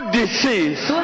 disease